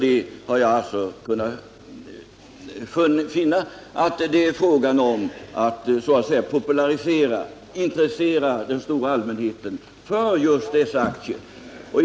Det enda motiv jag har kunnat finna är alltså att det är fråga om att så att säga popularisera Prippsaktierna, att intressera den stora allmänheten för statligt ägda aktier i Pripps.